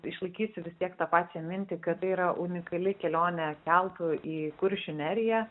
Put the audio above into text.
išlaikysiu vis tiek tą pačią mintį kad tai yra unikali kelionė keltu į kuršių neriją